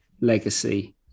legacy